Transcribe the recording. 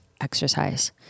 exercise